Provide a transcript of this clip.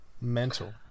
mental